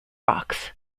rocks